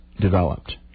developed